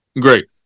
Great